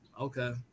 Okay